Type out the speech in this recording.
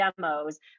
demos